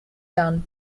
done